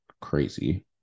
crazy